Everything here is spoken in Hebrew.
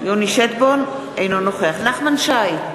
אינו נוכח נחמן שי,